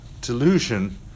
delusion